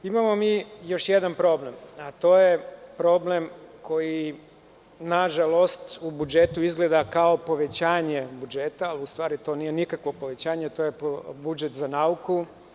Imamo još jedan problem, a to je problem koji nažalost u budžetu izgleda kao povećanje budžeta, u stvari to nije nikakvo povećanje, to je budžet za nauku.